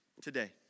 today